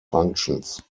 functions